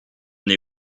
they